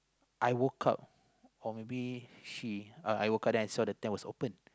I woke up or maybe she uh I woke up then I saw the tent was open